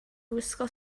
gwisgo